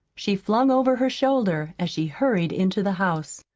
she flung over her shoulder, as she hurried into the house.